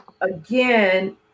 again